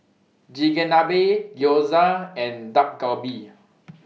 Chigenabe Gyoza and Dak Galbi